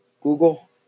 Google